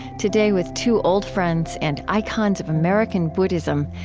today, with two old friends and icons of american buddhism,